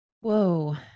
Whoa